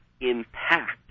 impact